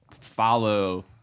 follow